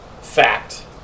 fact